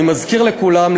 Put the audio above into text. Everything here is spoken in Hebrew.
אני מזכיר לכולם,